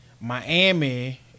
Miami